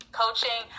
coaching